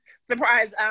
surprise